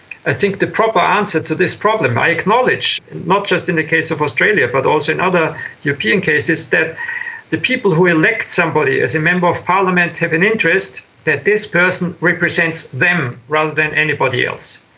i think the proper answer to this problem, i acknowledge, not just in the case of australia but also in other european cases, that the people who elect somebody as a member of parliament have an interest that this person represents them rather than anybody else.